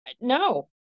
No